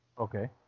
Okay